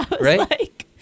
right